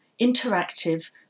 interactive